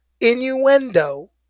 innuendo